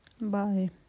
bye